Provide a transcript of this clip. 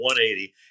180